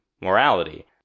morality